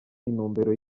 intumbero